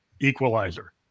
equalizer